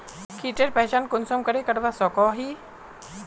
कीटेर पहचान कुंसम करे करवा सको ही?